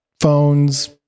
phones